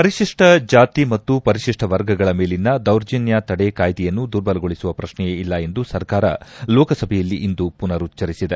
ಪರಿಶಿಷ್ಟ ಜಾತಿ ಮತ್ತು ಪರಿಶಿಷ್ಟ ವರ್ಗಗಳ ಮೇಲಿನ ದೌರ್ಜನ್ನ ತಡೆ ಕಾಯ್ದೆಯನ್ನು ದುರ್ಬಲಗೊಳಿಸುವ ಪ್ರಕ್ನೆಯೇ ಇಲ್ಲ ಎಂದು ಸರ್ಕಾರ ಲೋಕಸಭೆಯಲ್ಲಿಂದು ಪುನರುಜ್ವರಿಸಿದೆ